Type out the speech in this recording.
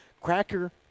Cracker